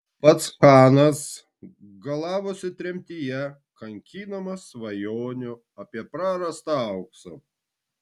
pats chanas galavosi tremtyje kankinamas svajonių apie prarastą auksą